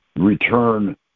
Return